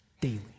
Daily